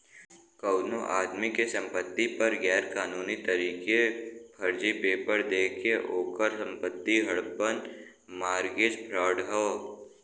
कउनो आदमी के संपति पर गैर कानूनी तरीके फर्जी पेपर देके ओकर संपत्ति हड़पना मारगेज फ्राड हौ